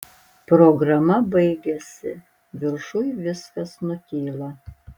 programa baigiasi viršuj viskas nutyla